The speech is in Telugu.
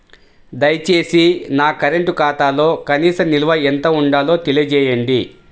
దయచేసి నా కరెంటు ఖాతాలో కనీస నిల్వ ఎంత ఉండాలో తెలియజేయండి